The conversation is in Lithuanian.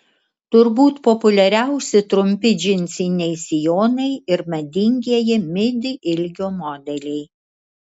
turbūt populiariausi trumpi džinsiniai sijonai ir madingieji midi ilgio modeliai